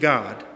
God